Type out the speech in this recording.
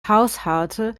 haushalte